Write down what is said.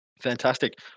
Fantastic